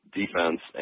defense